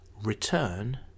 return